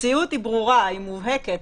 המציאות היא ברורה, היא מובהקת.